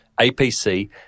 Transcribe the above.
APC